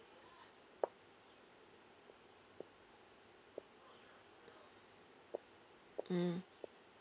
mm